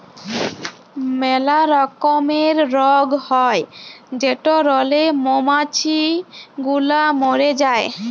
ম্যালা রকমের রগ হ্যয় যেটরলে মমাছি গুলা ম্যরে যায়